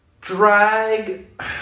drag